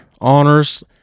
honors